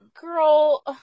girl